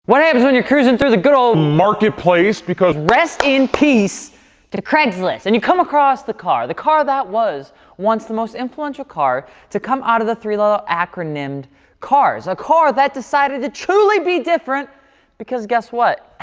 what happens when you're cruising through the good old marketplace because rest in peace to craigslist. and you come across the car, the car that was once the most influential car to come out of the three little acronymed cars. a car that decided to truly be different because guess what,